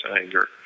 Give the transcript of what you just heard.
anger